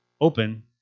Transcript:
open